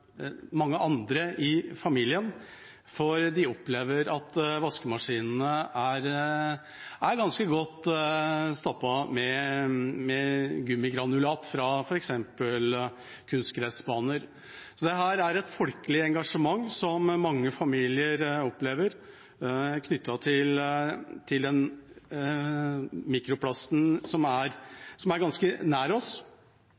mange andre i familien, for de opplever at vaskemaskinen er ganske godt stappet med gummigranulat fra f.eks. kunstgressbaner. Så dette er et folkelig engasjement som mange familier har når det gjelder den mikroplasten som